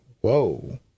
whoa